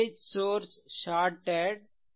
voltage source shorted